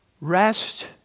Rest